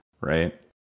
right